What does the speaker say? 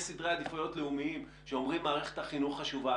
יש סדרי עדיפויות לאומיים שאומרים מערכת החינוך חשובה,